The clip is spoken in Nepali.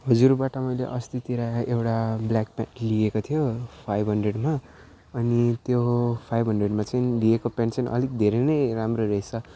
हजुरबाट मैले अस्तितिर एउटा ब्ल्याक प्यान्ट लिएको थियो फाइभ हन्ड्रेडमा अनि त्यो फाइभ हन्ड्रेडमा चाहिँ लिएको प्यान्ट चाहिँ अलिक धेरै नै राम्रो रहेछ